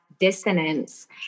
dissonance